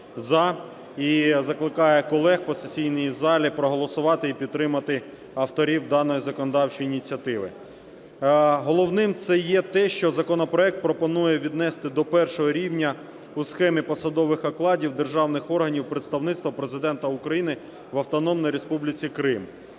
І закликає колег по сесійній залі проголосувати і підтримати авторів даної законодавчої ініціативи. Головне – це є те, що законопроект пропонує віднести до першого рівня у схемі посадових окладів державних органів Представництво Президента України в Автономній Республіці Крим.